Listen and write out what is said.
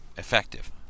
effective